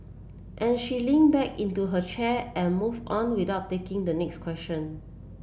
and she leaned back into her chair and moved on without taking the next question